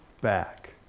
back